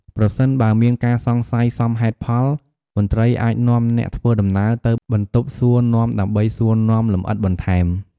ប្រសិនបើមានការសង្ស័យសមហេតុផល មន្ត្រីអាចនាំអ្នកធ្វើដំណើរទៅបន្ទប់សួរនាំដើម្បីសួរនាំលម្អិតបន្ថែម។